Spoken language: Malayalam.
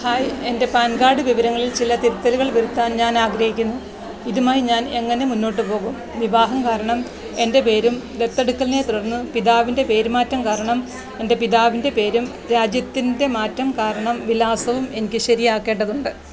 ഹായ് എൻ്റെ പാൻ കാർഡ് വിവരങ്ങളിൽ ചില തിരുത്തലുകൾ വരുത്താൻ ഞാൻ ആഗ്രഹിക്കുന്നു ഇതുമായി ഞാൻ എങ്ങനെ മുന്നോട്ട് പോകും വിവാഹം കാരണം എൻ്റെ പേരും ദത്തെടുക്കലിനെത്തുടർന്ന് പിതാവിൻ്റെ പേര് മാറ്റം കാരണം എൻ്റെ പിതാവിൻ്റെ പേരും രാജ്യത്തിൻ്റെ മാറ്റം കാരണം വിലാസവും എനിക്ക് ശരിയാക്കേണ്ടതുണ്ട്